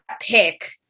pick